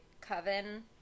Coven